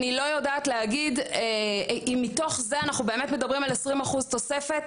אני לא יודעת להגיד אם מתוך זה אנחנו באמת מדברים על 20% תוספת,